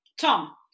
Tom